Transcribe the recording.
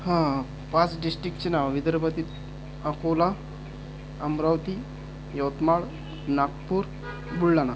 हा पाच डिस्ट्रिक्टची नावे विदर्भातील अकोला अमरावती यवतमाळ नागपूर बुलढाणा